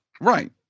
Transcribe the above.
Right